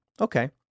Okay